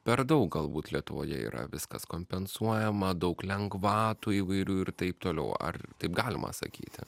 per daug galbūt lietuvoje yra viskas kompensuojama daug lengvatų įvairių ir taip toliau ar taip galima sakyti